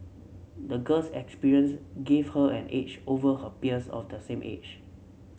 the girl's experience gave her an edge over her peers of the same age